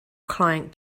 client